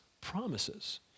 promises